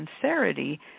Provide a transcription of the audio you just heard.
sincerity